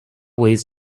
ways